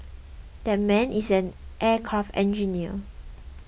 that man is an aircraft engineer